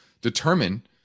determine